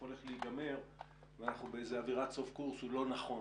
הולך להיגמר ואנחנו באיזו אווירת סוף קורס הוא לא נכון.